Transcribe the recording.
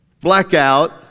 blackout